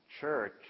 church